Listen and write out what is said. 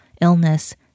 illness